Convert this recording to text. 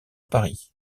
paris